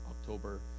October